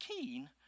keen